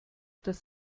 das